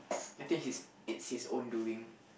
I think his it's his own doing